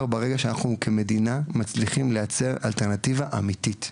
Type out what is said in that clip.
ברגע שאנחנו כמדינה מצליחים לייצר אלטרנטיבה אמיתית,